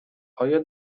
آیا